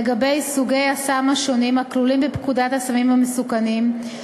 לגבי סוגי הסם השונים הכלולים בפקודת הסמים המסוכנים,